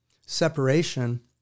separation